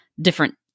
different